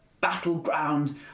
battleground